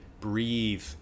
Breathe